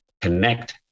connect